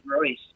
Royce